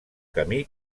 camí